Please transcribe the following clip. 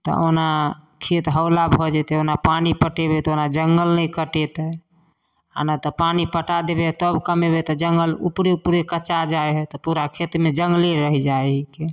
तऽ ओना खेत हौला भऽ जेतै ओना पानि पटेबै तऽ ओना जङ्गल नहि कटेतै आओर नहि तऽ पानि पटा देबै तब कमेबै तऽ जङ्गल उपरे उपरे कचा जाइ हइ तऽ पूरा खेतमे जङ्गले रहि जाइ हइके